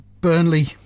Burnley